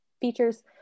features